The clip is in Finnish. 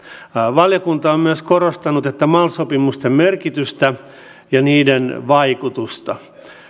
valiokunta on myös korostanut mal sopimusten merkitystä ja niiden vaikutusta